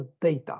data